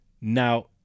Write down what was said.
now